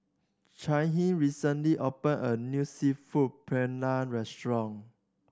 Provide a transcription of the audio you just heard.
Caitlyn recently opened a new Seafood Paella Restaurant